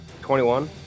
21